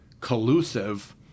collusive